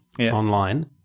online